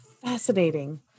Fascinating